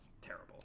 terrible